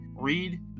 read